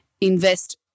invest